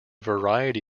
variety